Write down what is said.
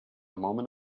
moment